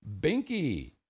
Binky